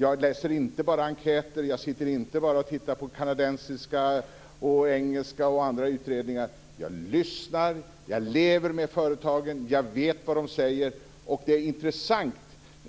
Jag läser inte bara enkäter, och jag sitter inte bara och tittar på kanadensiska, engelska och andra utredningar. Jag lyssnar, och jag lever med företagen. Jag vet vad de säger. Det är intressant